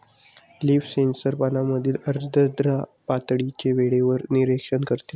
leaf sensor पानांमधील आर्द्रता पातळीचे वेळेवर निरीक्षण करते